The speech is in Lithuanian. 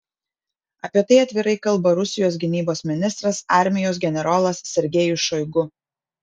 apie tai atvirai kalba rusijos gynybos ministras armijos generolas sergejus šoigu